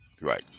Right